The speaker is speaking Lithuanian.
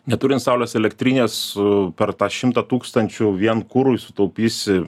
neturint saulės elektrinės su per tą šimtą tūkstančių vien kurui sutaupysi